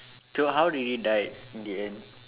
so how did he died in the end